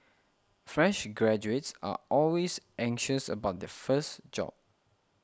fresh graduates are always anxious about their first job